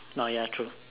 oh ya true